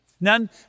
None